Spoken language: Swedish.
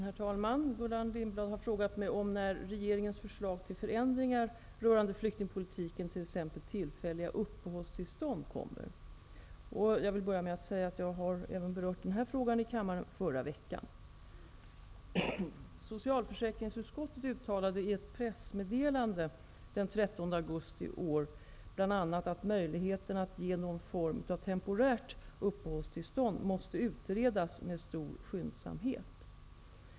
Herr talman! Gullan Lindblad har frågat mig när regeringens förslag till förändringar rörande flyktingpolitiken, t.ex. tillfälliga uppehållstillstånd, kommer. Jag vill börja med att säga att jag har berört även denna fråga i kammaren redan förra veckan. Socialförsäkringsutskottet uttalade i ett pressmeddelande den 13 augusti i år bl.a. att möjligheten att ge någon form av temporärt uppehållstillstånd måste utredas med stor skyndsamhet.